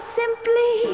simply